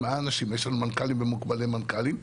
מנכ"לים ומוקבלי מנכ"לים.